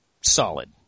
Solid